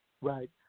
right